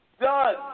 Done